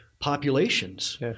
populations